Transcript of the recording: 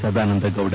Sadananda Gowda